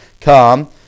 come